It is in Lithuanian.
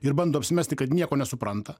ir bando apsimesti kad nieko nesupranta